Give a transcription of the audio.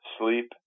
sleep